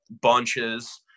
bunches